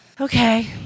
Okay